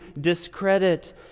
discredit